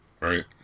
Right